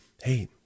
hey